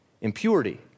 impurity